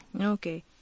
Okay